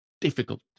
difficult